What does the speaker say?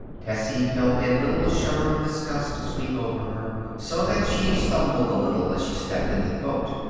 tessie felt a little shudder of disgust sweep over her, so that she stumbled a little as she stepped into the boat.